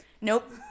Nope